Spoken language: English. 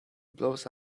blows